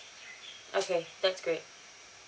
okay that's great